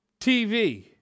TV